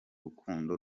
rukundo